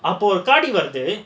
அப்போ தேடி வருது:appo thedi varuthu